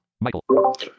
Michael